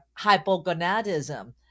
hypogonadism